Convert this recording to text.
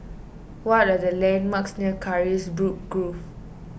what are the landmarks near Carisbrooke Grove